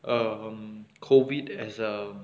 um COVID as a